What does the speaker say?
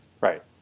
Right